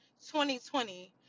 2020